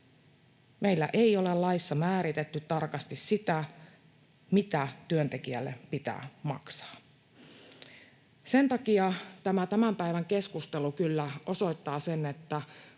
Meillä ei ole laissa määritetty tarkasti sitä, mitä työntekijälle pitää maksaa. Tämä tämän päivän keskustelu kyllä osoittaa sen, että